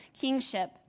kingship